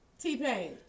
T-Pain